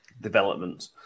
development